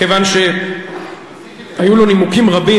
כיוון שהיו לו נימוקים רבים,